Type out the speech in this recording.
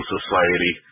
Society